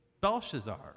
Belshazzar